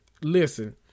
Listen